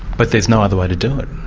but there's no other way to do it.